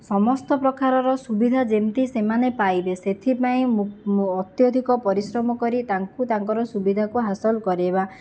ସମସ୍ତ ପ୍ରକାରର ସୁବିଧା ଯେମିତି ସେମାନେ ପାଇବେ ସେ'ଥିପାଇଁ ଅତ୍ୟଧିକ ପରିଶ୍ରମ କରି ତାଙ୍କୁ ତାଙ୍କର ସୁବିଧାକୁ ହାସଲ କରେଇବା